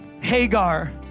Hagar